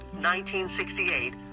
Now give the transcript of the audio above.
1968